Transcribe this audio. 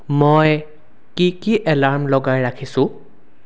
মই কি কি এলাৰ্ম লগাই ৰাখিছোঁ